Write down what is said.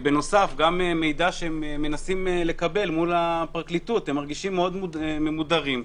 בנוסף גם מידע שהם מנסים לקבל מול הפרקליטות הם מרגישים מאוד ממודרים,